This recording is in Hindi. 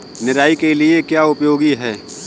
निराई के लिए क्या उपयोगी है?